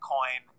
Coin